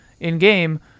in-game